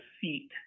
seat